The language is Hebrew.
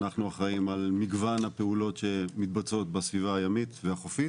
אנחנו אחראים על מגוון הפעולות שמתבצעת בסביבה הימית והחופית